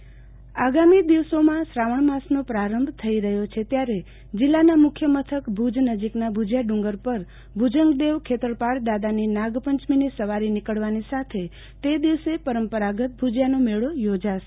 આરતીબેન ભદ્દ ભુજિયાનો મેળો આગામી દિવસોમાં શ્રાવણ માસનો પ્રારંભ થઈ રહ્યો છે ત્યારે જિલ્લાના મુખ્ય મથક ભુજ નજીકના ભુજીયા ડુંગર પર ભુજંગદેવ ખેતરપાળ દાદાની નાગપંચમીની સવારી નીકળવાની સાથે તે દિવસે પરંપરાગત ભુજીયાનો મેળો યોજાશે